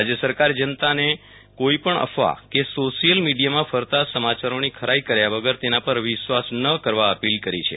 રાજય સરકારે જનતાને કોઈપણ અફવા કે સોશિયલ મીડિયામાં ફરતા સમાચારોની ખરાઈ કર્યા વગર તેના પર વિશ્વાસ ન કરવા અપીલ કરી છે